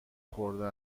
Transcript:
خورده